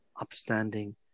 upstanding